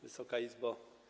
Wysoka Izbo!